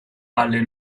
alle